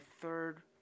third